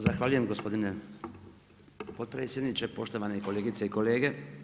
Zahvaljujem gospodine potpredsjedniče, poštovane kolegice i kolege.